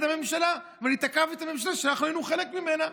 הממשלה ואני תקפתי את הממשלה שאנחנו היינו חלק ממנה.